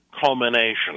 culmination